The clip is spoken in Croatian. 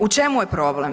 U čemu je problem?